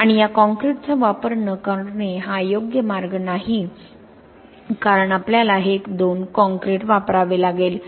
आणि या काँक्रीटचा वापर न करणे हा योग्य मार्ग नाही कारण आपल्याला हे 2 कॉंक्रिट वापरावे लागेल